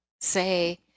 say